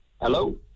Hello